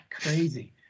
crazy